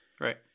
Right